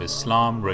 Islam